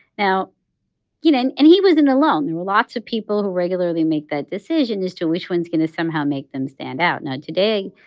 now you know and and he wasn't alone. there were lots of people who regularly make that decision as to which one's going to somehow make them stand out. now, today,